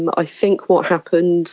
and i think what happened